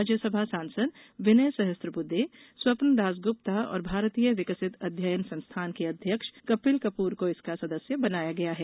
राज्यसभा सांसद विनय सहस्त्रबुद्दे स्वप्नदास गुप्ता और भारतीय विकसित अध्ययन संस्थान के अध्यक्ष कपिल कपूर को इसका सदस्य बनाया गया है